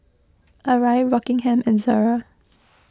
Arai Rockingham and Zara